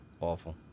awful